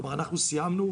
כלומר אנחנו סיימנו,